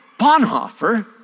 Bonhoeffer